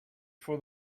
for